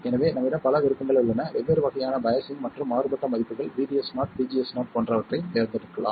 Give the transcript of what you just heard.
எனவே நம்மிடம் பல விருப்பங்கள் உள்ளன வெவ்வேறு வகையான பையாஸ்சிங் மற்றும் மாறுபட்ட மதிப்புகள் VDS0 VGS0 போன்றவற்றைத் தேர்ந்தெடுக்கலாம்